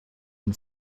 and